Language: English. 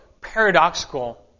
paradoxical